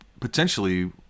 potentially